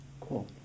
Cool